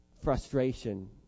frustration